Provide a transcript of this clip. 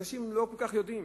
אנשים לא כל כך יודעים,